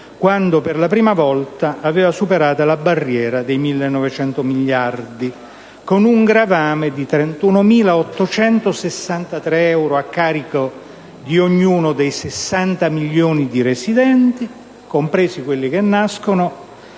quando, per la prima volta, aveva superato la barriera dei 1.900 miliardi di euro) con un gravame di 31.863 euro a carico di ognuno dei 60 milioni di residenti, compresi i nascituri,